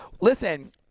Listen